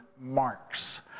marks